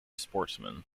sportsman